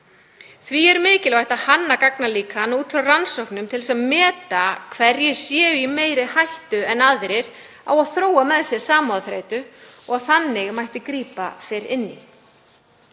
Því er mikilvægt að hanna gagnalíkan út frá rannsóknum til þess að meta hverjir séu í meiri hættu en aðrir á að þróa með sér samúðarþreytu og þannig mætti grípa fyrr inn